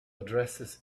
addresses